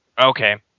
Okay